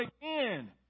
again